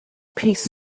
piece